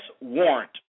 warrant